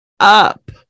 Up